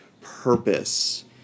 purpose